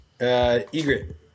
egret